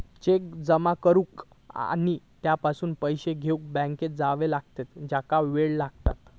चेकाक जमा करुक आणि त्यापासून पैशे घेउक बँकेत जावचा लागता ज्याका वेळ लागता